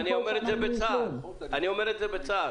אני אומר את זה בצער.